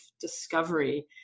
discovery